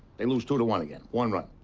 they lose two to one again. one run.